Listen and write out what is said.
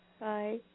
Bye